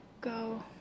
go